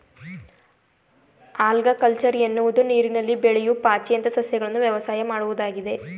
algaculture ಎನ್ನುವುದು ನೀರಿನಲ್ಲಿ ಬೆಳೆಯೂ ಪಾಚಿಯಂತ ಸಸ್ಯಗಳನ್ನು ವ್ಯವಸಾಯ ಮಾಡುವುದಾಗಿದೆ